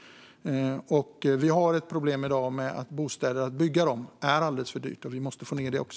I dag är det alldeles för dyrt att bygga bostäder, och vi måste få ned den kostnaden också. Detta är ett sätt att göra det på.